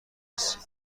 هستید